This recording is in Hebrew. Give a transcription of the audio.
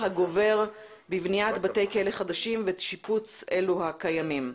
הגובר בבניית בתי כלא חדשים ושיפוץ אלו הקיימים.